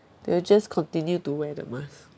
they will just continue to wear the mask